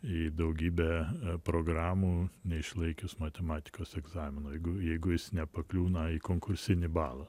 į daugybę programų neišlaikius matematikos egzamino jeigu jeigu jis nepakliūna į konkursinį balą